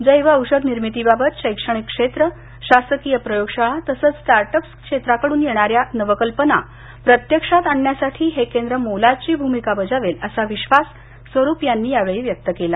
जैव औषध निर्मितीबाबत शैक्षणिक शेत्र शासकीय प्रयोगशाळा तसंच स्ट्रार्टअप क्षेत्राकडून येणाऱ्या नवकल्पना प्रत्यक्षात आणण्यासाठी हे केंद्र मोलाची भूमिका बजावेल असा विश्वास स्वरुप यांनी उद्घाटनानंतर व्यक्त केला